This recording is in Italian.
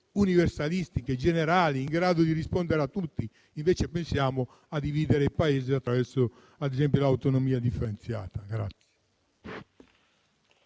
universalistiche, generali e in grado di rispondere a tutti, pensiamo a dividere l'Italia attraverso, ad esempio, l'autonomia differenziata.